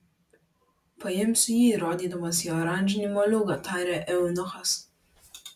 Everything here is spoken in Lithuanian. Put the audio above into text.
paimsiu jį rodydamas į oranžinį moliūgą tarė eunuchas